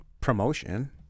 promotion